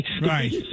Right